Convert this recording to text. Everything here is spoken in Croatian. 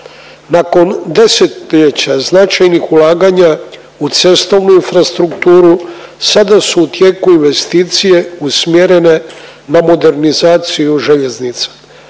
Nakon desetljeća značajnih ulaganja u cestovnu infrastrukturu sada su u tijeku investicije usmjerene na modernizaciju željeznica.